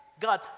God